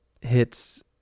hits